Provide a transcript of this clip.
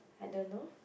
I don't know